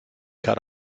cut